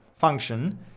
function